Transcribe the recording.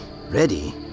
Ready